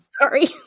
Sorry